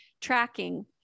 tracking